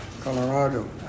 Colorado